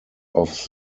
off